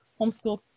homeschool